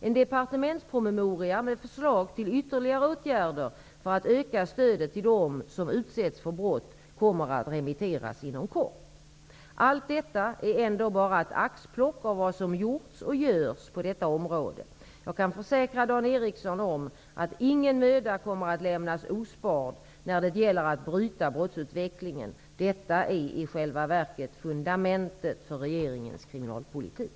En departementspromemoria med förslag till ytterligare åtgärder för att öka stödet till dem som utsätts för brott kommer att remitteras inom kort. Allt detta är ändå bara ett axplock av vad som gjorts och görs på detta område. Jag kan försäkra Dan Ericsson om att ingen möda kommer att lämnas ospard när det gäller att bryta brottsutvecklingen. Detta är i själva verket fundamentet för regeringens kriminalpolitik.